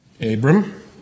Abram